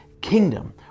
kingdom